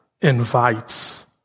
invites